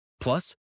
Plus